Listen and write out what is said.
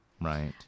right